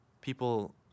people